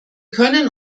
können